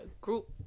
group